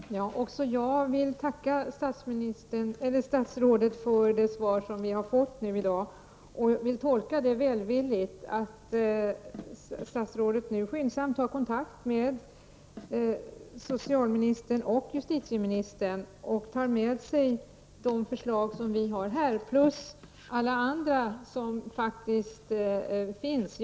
Herr talman! Även jag vill tacka statsrådet för det svar vi har fått i dag, och jag vill tolka svaret välvilligt, dvs. jag tolkar det som att statsrådet nu skyndsamt tar kontakt med socialministern och justitieministern och att han tar med sig de förslag vi har gett honom samt att han beaktar alla andra förslag som faktiskt finns.